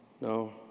No